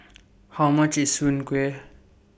How much IS Soon Kway